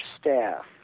staff